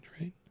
right